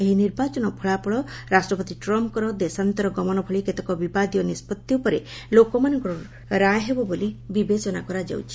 ଏହି ନିର୍ବାଚନ ଫଳାଫଳ ରାଷ୍ଟ୍ରପତି ଟ୍ରମ୍ଙ୍କର ଦେଶାନ୍ତର ଗମନ ଭଳି କେତେକ ବିବାଦୀୟ ନିଷ୍କଭି ଉପରେ ଲୋକମାନଙ୍କର ରାୟ ବୋଲି ବିବେଚନା କରାଯାଉଛି